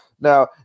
Now